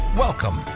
Welcome